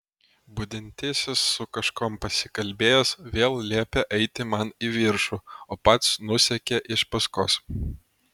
budintysis su kažkuom pasikalbėjęs vėl liepė eiti man į viršų o pats nusekė iš paskos